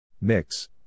Mix